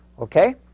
Okay